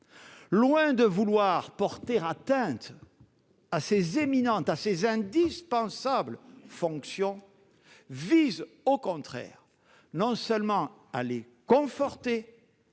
loin de porter atteinte à ces éminentes et indispensables fonctions, vise au contraire, non seulement à les conforter,